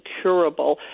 curable